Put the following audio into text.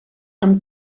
amb